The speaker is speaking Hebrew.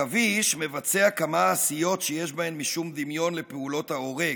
"העכביש מבצע כמה עשיות שיש בהן משום דמיון לפעולות האורג,